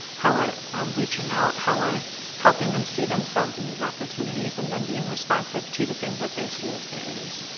how we're reaching out, how we're helping them see themselves in these opportunities and then being responsive to the things that they see as barriers.